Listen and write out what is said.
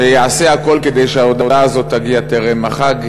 שיעשה הכול כדי שההודעה הזאת תגיע טרם החג.